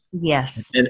Yes